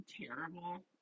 terrible